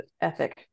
ethic